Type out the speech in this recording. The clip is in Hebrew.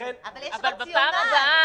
אבל יש רציונל.